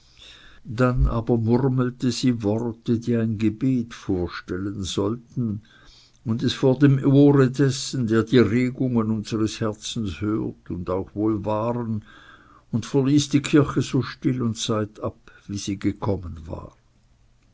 dann aber murmelte sie worte die ein gebet vorstellen sollten und es vor dem ohr dessen der die regungen unseres herzens hört auch wohl waren und verließ die kirche so still und seitab wie sie gekommen war